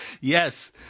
Yes